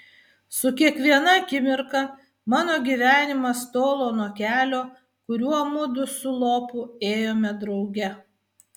su kiekviena akimirka mano gyvenimas tolo nuo kelio kuriuo mudu su lopu ėjome drauge